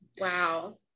Wow